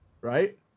right